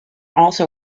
also